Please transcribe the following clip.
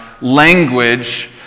language